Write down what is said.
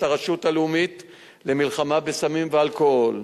הרשות הלאומית למלחמה בסמים ואלכוהול.